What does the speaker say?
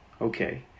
Okay